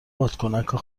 بادکنکا